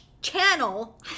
channel